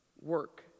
work